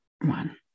one